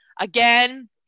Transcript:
Again